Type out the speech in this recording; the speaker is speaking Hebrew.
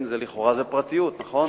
לכאורה זה פרטיות, נכון?